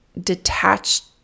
detached